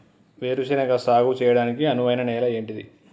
వేరు శనగ సాగు చేయడానికి అనువైన నేల ఏంటిది?